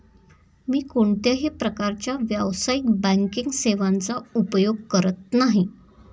मी कोणत्याही प्रकारच्या व्यावसायिक बँकिंग सेवांचा उपयोग करत नाही